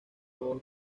voz